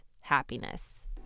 happiness